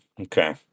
Okay